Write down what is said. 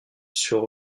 sur